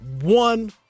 one